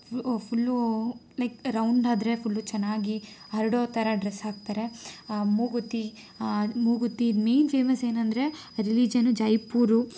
ಫು full like round ಆದರೆ full ಚೆನ್ನಾಗಿ ಹರಡೋ ಥರ ಡ್ರೆಸ್ ಹಾಕ್ತಾರೆ ಆ ಮೂಗುತಿ ಆ ಮೂಗುತಿ ಮೈನ್ ಫೇಮಸ್ ಏನಂದರೆ ರಿಲಿಜನು ಜೈಪುರ್